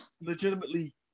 legitimately